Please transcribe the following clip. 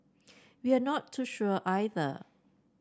we are not too sure either